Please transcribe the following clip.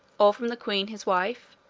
or from the queen his wife?